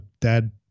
dad